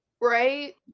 right